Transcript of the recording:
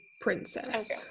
princess